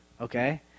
Okay